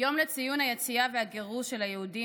יום לציון היציאה והגירוש של היהודים